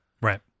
Right